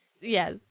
Yes